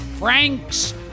Frank's